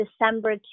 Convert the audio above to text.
December